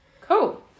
Cool